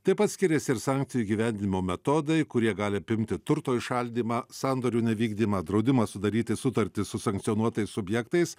taip pat skiriasi ir sankcijų įgyvendinimo metodai kurie gali apimti turto įšaldymą sandorių nevykdymą draudimą sudaryti sutartį su sankcionuotais subjektais